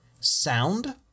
sound